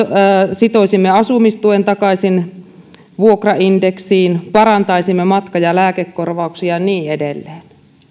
sitoisimme asumistuen takaisin vuokraindeksiin parantaisimme matka ja lääkekorvauksia ja niin edelleen